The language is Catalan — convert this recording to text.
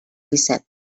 disset